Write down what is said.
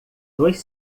nos